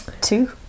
Two